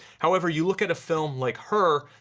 however, you look at a film like her,